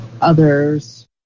others